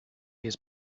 his